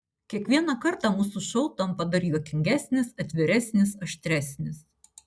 kiekvieną kartą mūsų šou tampa dar juokingesnis atviresnis aštresnis